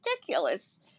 ridiculous